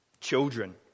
children